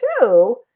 two